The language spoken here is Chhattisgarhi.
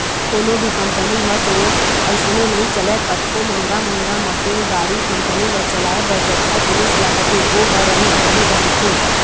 कोनो भी कंपनी ह तो अइसने नइ चलय कतको महंगा महंगा मसीन, गाड़ी, कंपनी ल चलाए बर जतका जिनिस लगथे ओ ह रही तभे बनथे